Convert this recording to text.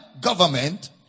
government